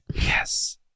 Yes